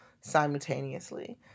simultaneously